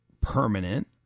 permanent